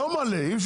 אם חברי הכנסת ירצו,